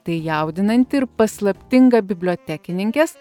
tai jaudinanti ir paslaptinga bibliotekininkės